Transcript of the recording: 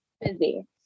busy